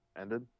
ended